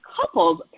couples